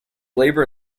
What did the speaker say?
labor